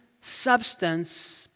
substance